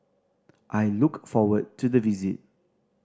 I look forward to the visit